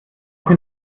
doch